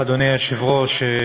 אדוני היושב-ראש,